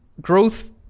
growth